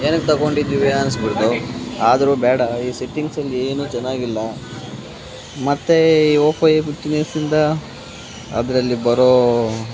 ಏನಕ್ಕೆ ತಗೊಂಡಿದ್ದೀವಿ ಅನಿಸಿಸ್ಬಿಡ್ತು ಆದರೂ ಬೇಡ ಈ ಸೆಟ್ಟಿಂಗ್ಸಲ್ಲಿ ಏನು ಚೆನ್ನಾಗಿಲ್ಲ ಮತ್ತು ಈ ಒಪ್ಪೋ ಎ ಫಿಫ್ಟೀನ್ ಯಸ್ಸಿಂದ ಅದರಲ್ಲಿ ಬರೋ